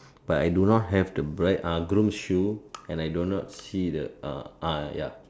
but I do not have the bride ah groom's shoe and I do not see the uh ah ya